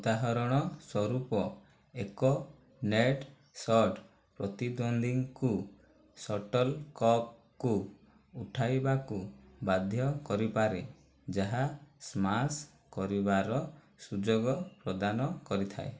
ଉଦାହରଣ ସ୍ୱରୂପ ଏକ ନେଟ୍ ସଟ୍ ପ୍ରତିଦ୍ୱନ୍ଦ୍ୱୀଙ୍କୁ ଶଟଲ୍କକ୍ କୁ ଉଠାଇବାକୁ ବାଧ୍ୟ କରିପାରେ ଯାହା ସ୍ମାଶ୍ କରିବାର ସୁଯୋଗ ପ୍ରଦାନ କରିଥାଏ